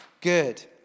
good